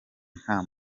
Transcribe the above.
nta